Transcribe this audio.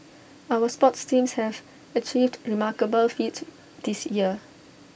our sports teams have achieved remarkable feats this year